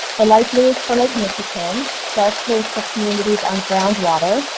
ah light blue is for lake michigan, dark blue is for communities on groundwater,